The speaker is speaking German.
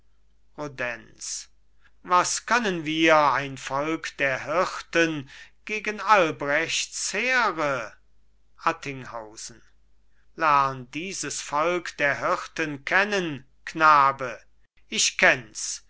was können wir ein volk der hirten gegen albrechts heere attinghausen lern dieses volk der hirten kennen knabe ich kenn's